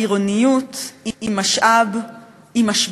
העירוניות היא משבר,